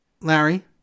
Larry